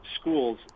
schools